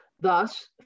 Thus